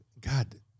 God